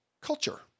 culture